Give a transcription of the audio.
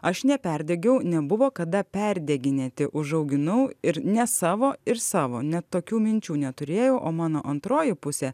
aš neperdegiau nebuvo kada perdeginėti užauginau ir ne savo ir savo net tokių minčių neturėjau o mano antroji pusė